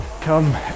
come